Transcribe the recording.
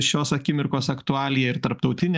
šios akimirkos aktualija ir tarptautinė